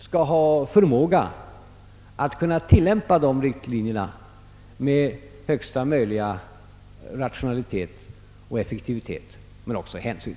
— skall ha förmåga att tillämpa riktlinjerna med högsta möjliga rationalitet och effektivitet men också med hänsyn.